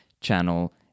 Channel